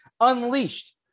unleashed